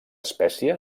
espècie